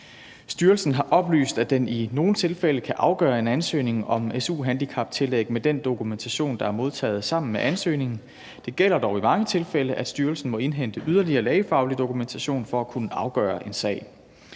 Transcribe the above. Styrelsen har oplyst, at den i nogle tilfælde kan afgøre en ansøgning om su-handicaptillæg med den dokumentation, der er modtaget sammen med ansøgningen. Det gælder dog i mange tilfælde, at styrelsen må indhente yderligere lægefaglig dokumentation for at kunne afgøre en sag.